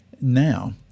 now